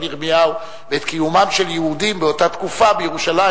ירמיהו ואת קיומם של יהודים באותה תקופה בירושלים.